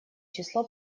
число